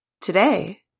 Today